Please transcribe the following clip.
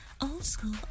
old-school